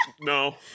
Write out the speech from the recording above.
No